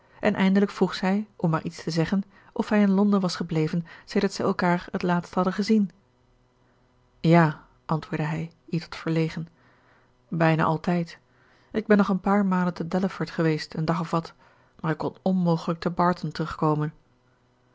en eindelijk vroeg zij om maar iets te zeggen of hij in londen was gebleven sedert zij elkaar het laatst hadden gezien ja antwoordde hij ietwat verlegen bijna altijd ik ben nog een paar malen te delaford geweest een dag of wat maar ik kon onmogelijk te barton terugkomen